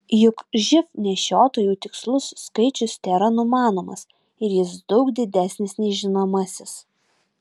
juk živ nešiotojų tikslus skaičius tėra numanomas ir jis daug didesnis nei žinomasis